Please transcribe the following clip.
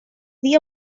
dia